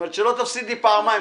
שלא תפסיד פעמיים.